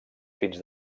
fins